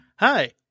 Hi